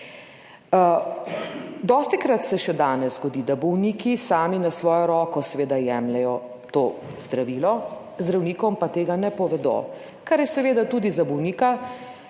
Dostikrat se še danes zgodi, da bolniki sami na svojo roko seveda jemljejo to zdravilo, zdravnikom pa tega ne povedo, kar je seveda tudi za bolnika